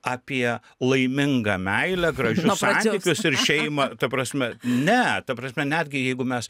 apie laimingą meilę gražius santykius ir šeimą ta prasme ne ta prasme netgi jeigu mes